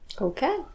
Okay